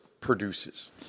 produces